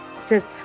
says